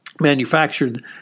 manufactured